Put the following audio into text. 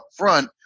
upfront